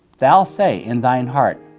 thou say in thine heart,